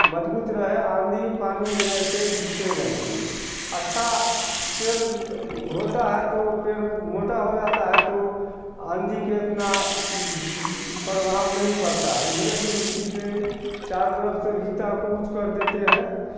मज़बूत रहे आँधी पानी में जैसे झुके नहीं अच्छा पेड़ होता हैं तो पेड़ मोटा हो जाता है तो आँधी के अपना प्रभाव नहीं पड़ता है इसलिए उसे मिट्टी से चारों तरफ़ से इतना ऊँचा कर देते हैं